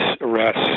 arrests